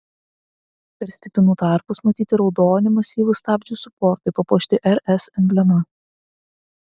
per stipinų tarpus matyti raudoni masyvūs stabdžių suportai papuošti rs emblema